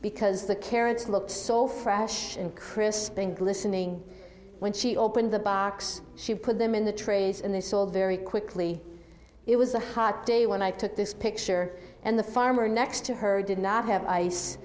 because the carrots looked so fresh and crisping glistening when she opened the box she put them in the trays and they sold very quickly it was a hot day when i took this picture and the farmer next to her did not have ice